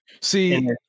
See